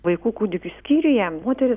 vaikų kūdikių skyriuje moterys